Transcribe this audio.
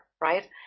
right